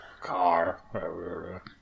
Car